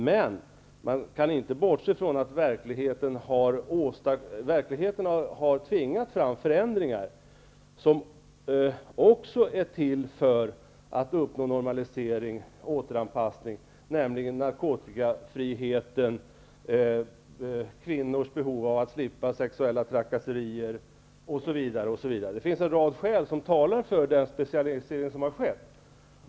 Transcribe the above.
Man kan emellertid inte bortse från att verkligheten har tvingat fram förändringar, för att uppnå normalisering och återanpassning. Det är fråga om narkotikafriheten, kvinnors behov av att slippa sexuella trakasserier osv. Det finns en rad skäl som talar för den specialisering som har skett.